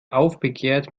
aufbegehrt